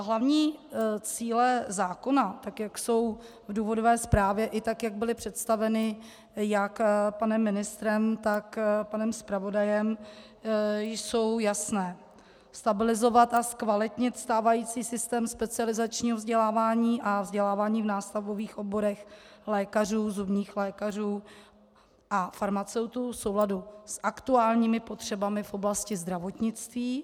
Hlavní cíle zákona, jak jsou v důvodové zprávě i jak byly představeny jak panem ministrem, tak panem zpravodajem, jsou jasné stabilizovat a zkvalitnit stávající systém specializačního vzdělávání a vzdělávání v nástavbových oborech lékařů, zubních lékařů a farmaceutů v souladu s aktuálními potřebami v oblasti zdravotnictví.